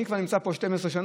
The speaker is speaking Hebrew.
אני כבר נמצא פה 12 שנה,